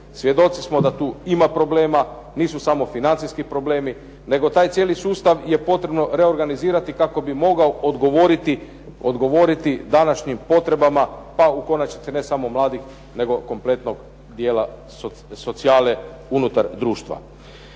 Svjedoci smo da tu ima problema, nisu samo financijski problemi nego taj cijeli sustav je potrebno reorganizirati kako bi mogao odgovoriti današnjim potrebama pa u konačnici ne samo mladih nego kompletnog dijela socijale unutar društva.